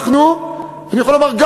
זו תופעה של הרבה שנים,